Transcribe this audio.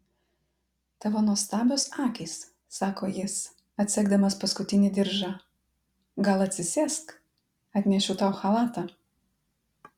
tavo nuostabios akys sako jis atsegdamas paskutinį diržą gal atsisėsk atnešiu tau chalatą